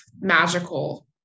magical